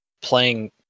playing